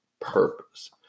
purpose